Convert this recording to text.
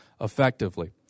effectively